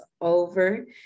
over